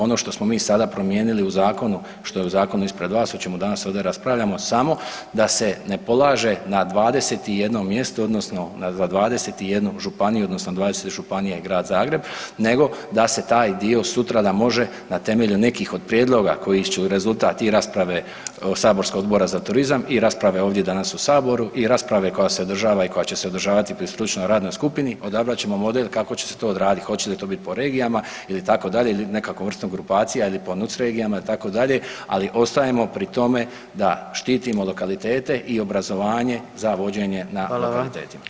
Ono što smo mi sada promijenili u zakonu, što je u zakonu ispred vas o čemu danas ovdje raspravljamo samo da se ne polaže na 21 mjestu odnosno na 21 županiju odnosno 20 županija i Grad Zagreb nego da se taj dio sutra može na temelju nekih od prijedloga koji će rezultat i rasprave saborskog Odbora za turizam i rasprave ovdje danas u Saboru i rasprave koja se održava i koja će se održavati pri stručnoj radnoj skupini, odabrat ćemo model kako će se to odradit, hoće li to biti po regijama ili itd. ili nekakvom vrstom grupacija ili po NUC regijama itd., ali ostajemo pri tome da štitimo lokalitete i obrazovanje za vođenje na lokalitetima.